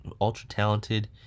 ultra-talented